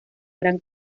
gran